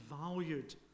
valued